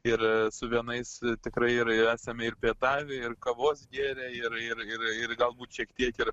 ir su vienais tikrai ir esam ir pietavę ir kavos gėrę ir ir ir ir galbūt šiek tiek ir